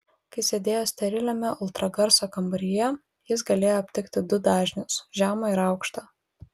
kai sėdėjo steriliame ultragarso kambaryje jis galėjo aptikti du dažnius žemą ir aukštą